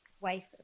wife